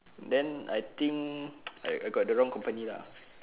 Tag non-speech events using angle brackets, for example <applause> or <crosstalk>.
then I think <noise> I I got the wrong company lah